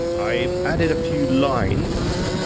i've added a few lines,